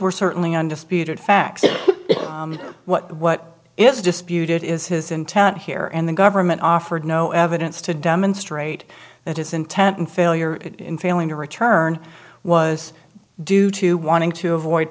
were certainly undisputed facts of what what is disputed is his intent here and the government offered no evidence to demonstrate that his intent and failure in failing to return was due to wanting to avoid